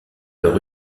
leur